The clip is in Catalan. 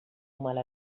mala